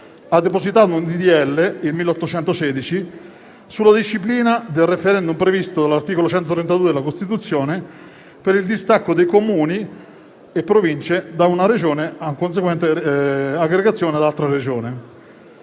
ha depositato il disegno di legge n. 1816 sulla disciplina del *referendum* previsto dall'articolo 132 della Costituzione per il distacco di Comuni e Province da una Regione e conseguente aggregazione ad altra Regione.